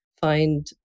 find